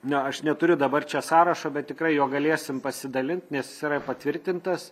na aš neturiu dabar čia sąrašo bet tikrai juo galėsim pasidalint nes jis yra patvirtintas